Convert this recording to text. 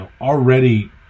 already